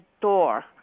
door